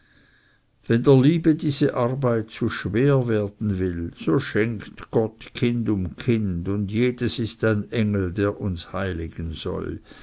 wenn der liebe diese arbeit zu schwer werden will so schenkt gott kind um kind und jedes ist ein engel der uns heiligen soll